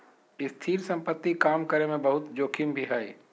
स्थिर संपत्ति काम करे मे बहुते जोखिम भी हय